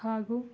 ಹಾಗೂ